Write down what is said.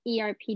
ERP